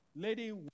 Lady